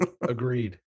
Agreed